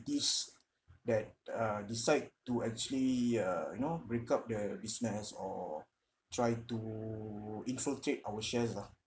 entities that uh decide to actually uh you know break up the business or try to infiltrate our shares lah